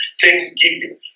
Thanksgiving